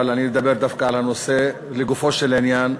אבל אני אדבר דווקא על הנושא לגופו של עניין.